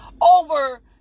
over